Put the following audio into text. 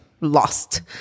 lost